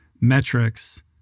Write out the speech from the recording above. metrics